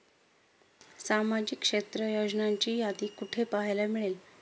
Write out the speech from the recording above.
सामाजिक क्षेत्र योजनांची यादी कुठे पाहायला मिळेल?